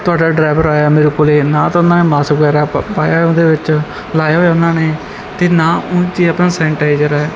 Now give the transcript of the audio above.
ਤੁਹਾਡਾ ਡਰਾਈਵਰ ਆਇਆ ਮੇਰੇ ਕੋਲ ਨਾ ਤਾਂ ਉਹਨਾਂ ਨੇ ਮਾਸਕ ਵਗੈਰਾ ਪਾਇਆ ਉਹਦੇ ਵਿੱਚ ਲਾਇਆ ਹੋਇਆ ਉਹਨਾਂ ਨੇ ਅਤੇ ਨਾ ਉਹ 'ਚ ਆਪਣਾ ਸੈਨੀਟਾਈਜ਼ਰ ਹੈ